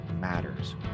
matters